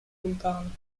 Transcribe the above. sultan